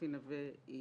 אפי נווה,